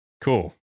Cool